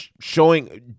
showing